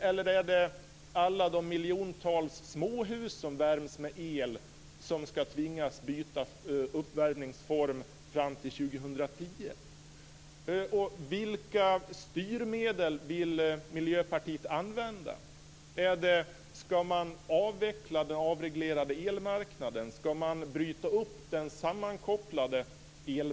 Eller är det alla de miljontals småhus som värms med el som ska tvingas byta uppvärmningsform fram till 2010?